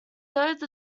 though